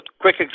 quick